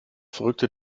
verrückte